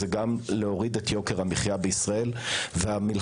זה גם להוריד את יוקר המחיה בישראל והמאבק